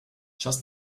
just